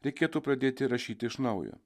reikėtų pradėti rašyti iš naujo